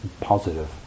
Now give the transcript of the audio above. positive